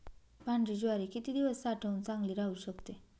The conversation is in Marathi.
पांढरी ज्वारी किती दिवस साठवून चांगली राहू शकते?